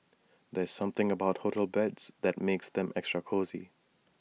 there's something about hotel beds that makes them extra cosy